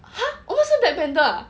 !huh! 我们是 black panther ah